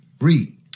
Read